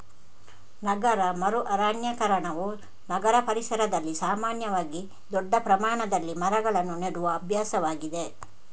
ನಗರ ಮರು ಅರಣ್ಯೀಕರಣವು ನಗರ ಪರಿಸರದಲ್ಲಿ ಸಾಮಾನ್ಯವಾಗಿ ದೊಡ್ಡ ಪ್ರಮಾಣದಲ್ಲಿ ಮರಗಳನ್ನು ನೆಡುವ ಅಭ್ಯಾಸವಾಗಿದೆ